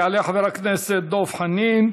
יעלה חבר הכנסת דב חנין,